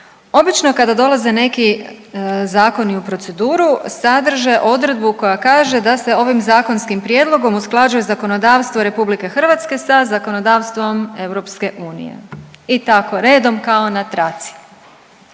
Obično kada dolaze neki zakoni u proceduru sadrže odredbu koja kaže da se ovim zakonskim prijedlogom usklađuje zakonodavstvo RH sa zakonodavstvom EU. I tako redom kao na traci.